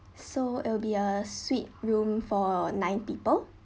so it'll be a suite room for nine people